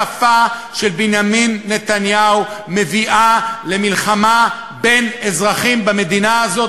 השפה של בנימין נתניהו מביאה למלחמה בין אזרחים במדינה הזאת,